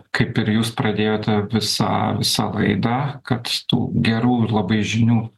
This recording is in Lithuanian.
kaip ir jūs pradėjote visą visą laidą kad tų gerų ir labai žinių